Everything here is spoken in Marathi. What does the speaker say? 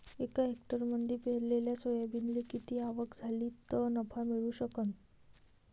एका हेक्टरमंदी पेरलेल्या सोयाबीनले किती आवक झाली तं नफा मिळू शकन?